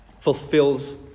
fulfills